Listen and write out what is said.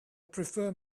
prefer